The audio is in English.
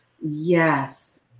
yes